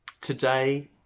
today